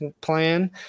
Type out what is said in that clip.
plan